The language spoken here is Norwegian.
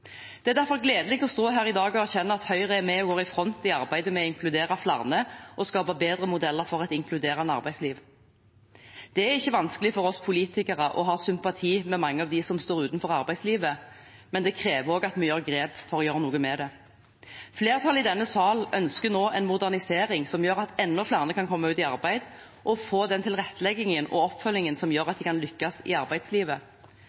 Det er derfor gledelig å stå her i dag og erkjenne at Høyre er med og går i front i arbeidet med å inkludere flere og skape bedre modeller for et inkluderende arbeidsliv. Det er ikke vanskelig for oss politikere å ha sympati med mange av dem som står utenfor arbeidslivet, men det krever også at vi gjør grep for å gjøre noe med det. Flertallet i denne sal ønsker nå en modernisering som gjør at enda flere kan komme ut i arbeid og få den tilretteleggingen og oppfølgingen som gjør at de kan lykkes i arbeidslivet.